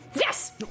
Yes